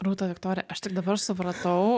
rūta viktorija aš tik dabar supratau